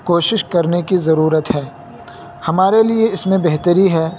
کوشش کرنے کی ضرورت ہے ہمارے لیے اس میں بہتری ہے